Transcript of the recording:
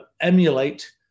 emulate